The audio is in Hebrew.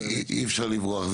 אי אפשר לברוח.